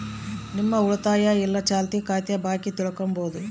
ನಿಮ್ಮ ಉಳಿತಾಯ ಇಲ್ಲ ಚಾಲ್ತಿ ಖಾತೆ ಬಾಕಿ ತಿಳ್ಕಂಬದು